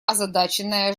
озадаченная